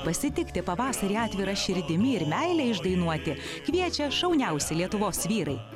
pasitikti pavasarį atvira širdimi ir meilę išdainuoti kviečia šauniausi lietuvos vyrai